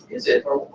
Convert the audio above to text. is it? or,